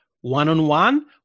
one-on-one